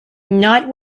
not